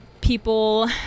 people